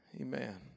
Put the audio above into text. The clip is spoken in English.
Amen